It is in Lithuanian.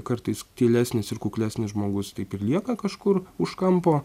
kartais tylesnis ir kuklesnis žmogus taip ir lieka kažkur už kampo